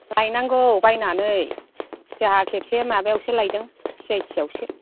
लायनांगौ बायनानै जोंहा खेबसे माबायावसो लायदों सि आइ ति आवसो